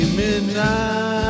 midnight